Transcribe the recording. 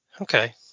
okay